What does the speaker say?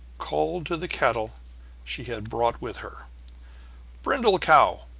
called to the cattle she had brought with her brindle cow,